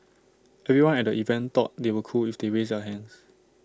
everyone at the event thought they were cool if they raised their hands